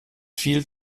viel